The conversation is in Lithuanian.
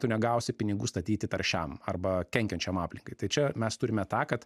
tu negausi pinigų statyti taršiam arba kenkiančiam aplinkai tai čia mes turime tą kad